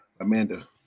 Amanda